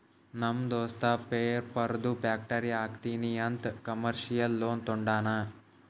ನಮ್ ದೋಸ್ತ ಪೇಪರ್ದು ಫ್ಯಾಕ್ಟರಿ ಹಾಕ್ತೀನಿ ಅಂತ್ ಕಮರ್ಶಿಯಲ್ ಲೋನ್ ತೊಂಡಾನ